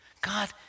God